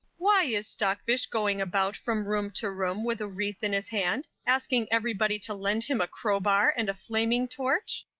why is stockfish going about from room to room with a wreath in his hand, asking every body to lend him a crowbar and a flaming torch?